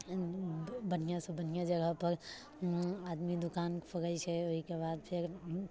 बढ़िआँ से बढ़िआँ जगह पर आदमी दुकान खोलैत छै ओहिके बाद फेर